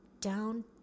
down